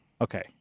Okay